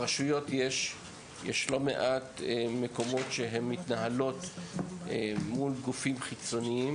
ברשויות יש לא מעט מקומות בהם הן מתנהלות מול גופים חיצוניים